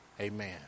amen